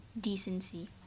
decency